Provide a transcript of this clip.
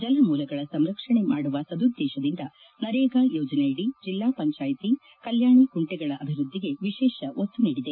ಜಲಮೂಲಗಳ ಸಂರಕ್ಷಣೆ ಮಾಡುವ ಸದುದ್ದೇಶದಿಂದ ನರೇಗಾ ಯೋಜನೆಯಡಿ ಜಿಲ್ಲಾ ಪಂಚಾಯತಿ ಕಲ್ಚಾಣಿ ಕುಂಟೆಗಳ ಅಭಿವೃದ್ದಿಗೆ ವಿಶೇಷ ಒತ್ತು ನೀಡಿದೆ